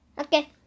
Okay